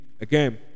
Again